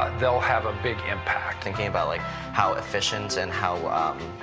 ah they'll have a big impact. thinking about like how efficient and how